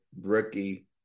rookie